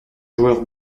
joueur